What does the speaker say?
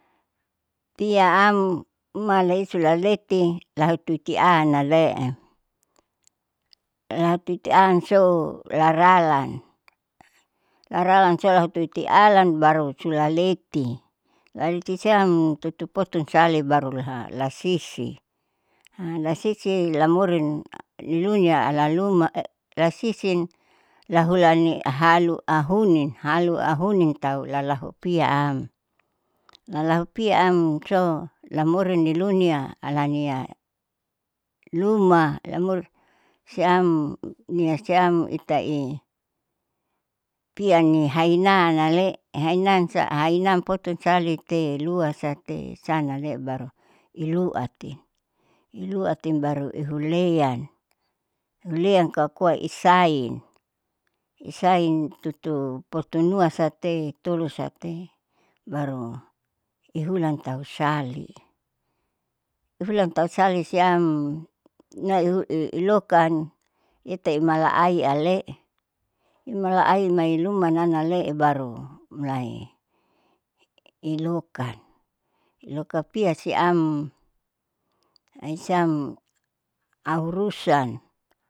Piyaam malaisu lalate lahututi alan hale'e lahututi alan sou laralan, laran sou lahututi alan baru sula leti baru sisiam tutu potun sale baru la lasisi lasisi lamorin lilunia alaluma lasisin lahulani ahalu ahunin alu ahunin tahu lalahupia am, lalahupia amsou lamorin nilunia alania luma lamori siam nia siam itai piani hainaan ale hainaan sa hanam potun salete luasate san ale baru iluati, iluatin baru ihulean ihulen koa koa isain isain tutu potunuasate itolu sate baru ihulan tau sali ihulan tau sali siam na ilokan itai malaiale imalaai mailumanam alae baru mulai ilukan ilukapia siam aisiam aurusan.